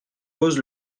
pose